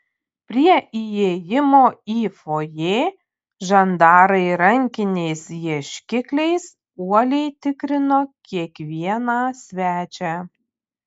prie įėjimo į fojė žandarai rankiniais ieškikliais uoliai tikrino kiekvieną svečią